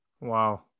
Wow